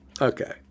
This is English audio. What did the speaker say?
okay